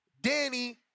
Danny